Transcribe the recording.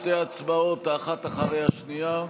שתי הצבעות, אחת אחרי השנייה.